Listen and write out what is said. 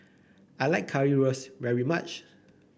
I like Currywurst very much